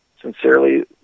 Sincerely